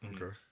Okay